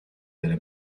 delle